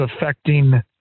affecting